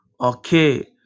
okay